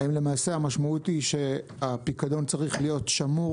האם למעשה המשמעות היא שהפיקדון צריך להיות שמור